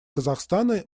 казахстана